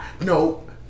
No